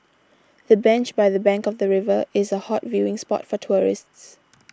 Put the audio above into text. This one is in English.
the bench by the bank of the river is a hot viewing spot for tourists